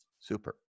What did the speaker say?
Super